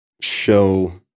show